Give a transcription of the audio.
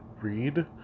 read